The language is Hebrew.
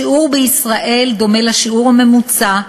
השיעור בישראל דומה לשיעור הממוצע,